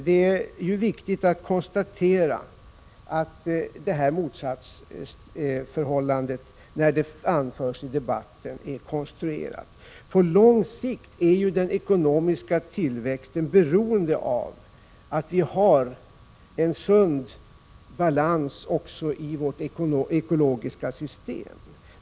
Det är viktigt att konstatera att detta motsatsförhållande — när det tas fram i debatten — är konstruerat. På lång sikt är den ekonomiska tillväxten beroende av att vi har en sund balans också i vårt ekologiska system.